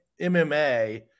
MMA